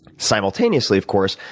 simultaneously, of course,